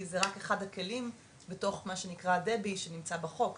כי זה רק אחד הכלים בתוך מה שנקרא דיור בר השגה (דב"י) שנמצא בתוך החוק,